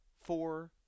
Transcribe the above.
four